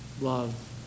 Love